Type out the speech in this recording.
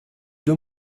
deux